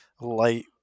light